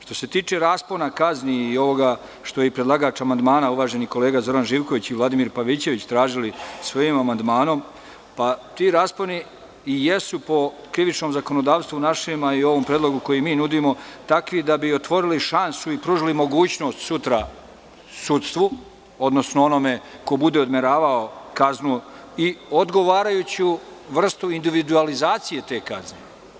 Što se tiče raspona kazni i ovoga što su predlagači amandmana, uvažene kolege Zoran Živković i Vladimir Pavićević tražili svojim amandmanom, ti rasponi i jesu po krivičnom zakonodavstvu našem, a i u ovom predlogu koji mi nudimo takvi da bi otvorili šansu i pružili mogućnost sutra sudstvu, odnosno onome ko bude odmeravao kaznu i odgovarajuću vrstu individualizacije te kazne.